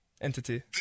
Entity